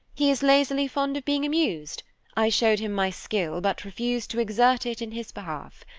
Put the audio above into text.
he is lazily fond of being amused i showed him my skill, but refused to exert it in his behalf.